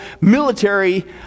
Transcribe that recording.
military